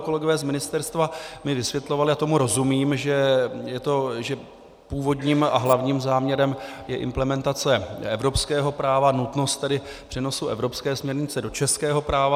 Kolegové z ministerstva mi vysvětlovali, a tomu rozumím, že původním a hlavním záměrem je implementace evropského práva, nutnost tedy přenosu evropské směrnice do českého práva.